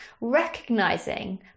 recognizing